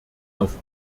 auf